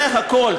זה הכול.